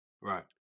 Right